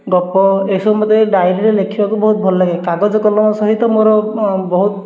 ଗପ ଏସବୁ ମୋତେ ଡାଏରୀରେ ଲେଖିବାକୁ ବହୁତ ଭଲ ଲାଗେ କାଗଜ କଲମ ସହିତ ମୋର ବହୁତ